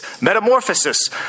Metamorphosis